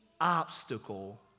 obstacle